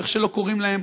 או איך שלא קוראים להם,